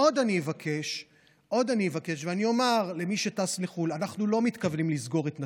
עוד אני אבקש ואומר למי שטס לחו"ל: אנחנו לא מתכוונים לסגור את נתב"ג,